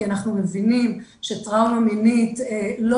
כי אנחנו מבינים שטראומה מינית לא